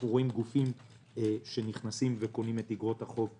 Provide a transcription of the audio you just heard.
אז אנחנו רואים גופים שנכנסים וקונים את אגרות החוב הללו.